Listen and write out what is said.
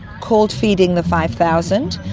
called feeding the five thousand,